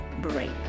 break